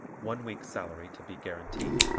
one week's salary to be guaranteed.